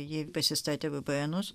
ji prisistatė vpn us